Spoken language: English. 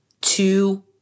two